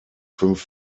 fünf